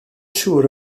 siŵr